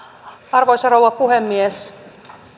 arvoisa rouva puhemies